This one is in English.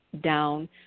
down